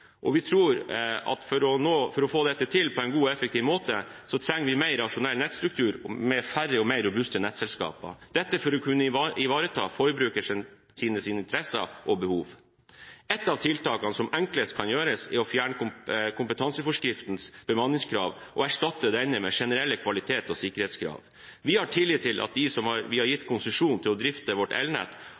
og vi tror at for å få dette til på en god og effektiv måte trenger vi mer rasjonell nettstruktur med færre og mer robuste nettselskaper – dette for å kunne ivareta forbrukernes interesser og behov. Et av tiltakene som enklest kan gjøres, er å fjerne kompetanseforskriftens bemanningskrav og erstatte denne med generelle kvalitets- og sikkerhetskrav. Vi har tillit til at de som vi har gitt konsesjon til å drifte vårt elnett,